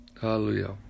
Hallelujah